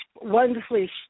wonderfully